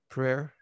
prayer